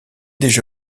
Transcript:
déjà